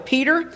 Peter